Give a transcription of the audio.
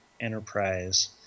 enterprise